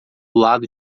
lado